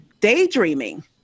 daydreaming